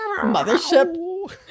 mothership